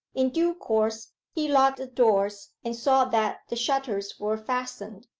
in due course he locked the doors and saw that the shutters were fastened.